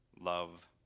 Love